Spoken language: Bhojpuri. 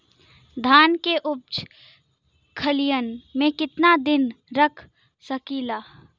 धान के उपज खलिहान मे कितना दिन रख सकि ला?